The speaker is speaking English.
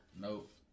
Nope